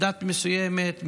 מדת מסוימת,